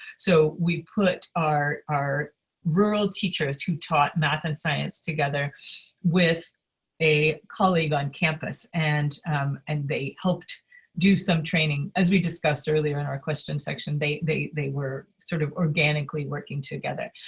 so we put our our rural teachers who taught math and science together with a colleague on campus, and and they helped do some training as we discussed earlier in our question section, they they were sort of organically working together.